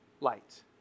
light